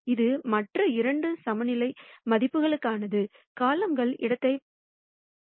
இது மற்ற இரண்டு சமநிலை மதிப்புகளுக்கானது காலம்கள் இடத்தை பரப்புங்கள்